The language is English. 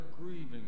grieving